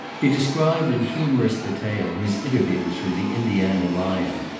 he described in humorous detail his interviews with the indiana lion,